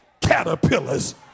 caterpillars